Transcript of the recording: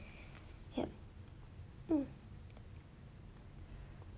yup hmm